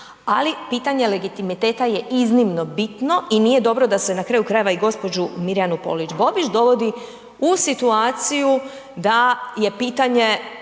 ali pitanje legitimiteta iznimno bitno i nije dobro da se na kraju krajeva i gđu. Polić Bobić dovodi u situaciju da je pitanje